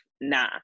nah